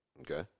Okay